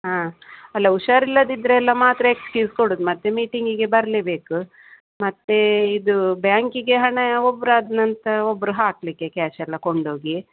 ಹಾಂ ಅಲ್ಲ ಹುಷಾರ್ ಇಲ್ಲದಿದ್ದರೆ ಎಲ್ಲ ಮಾತ್ರ ಎಕ್ಸ್ಕ್ಯೂಸ್ ಕೊಡುದು ಮತ್ತು ಮೀಟಿಂಗಿಗೆ ಬರಲೇಬೇಕು ಮತ್ತು ಇದು ಬ್ಯಾಂಕಿಗೆ ಹಣ ಒಬ್ರು ಆದ ನಂತರ ಒಬ್ಬರು ಹಾಕಲಿಕ್ಕೆ ಕ್ಯಾಶೆಲ್ಲ ಕೊಂಡೋಗಿ